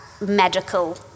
medical